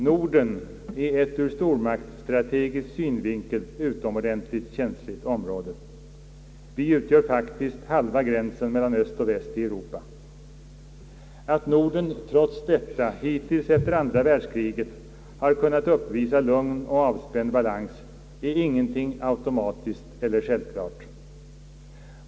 Norden är ett ur stormaktsstrategisk synvinkel utomordentligt känsligt område. Vi utgör faktiskt halva gränsen mellan öst och väst i Europa. Att Norden trots detta hittills efter andra världskriget har kunnat uppvisa lugn och en avspänd balans är ingenting automatiskt eller självklart.